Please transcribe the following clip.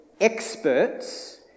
experts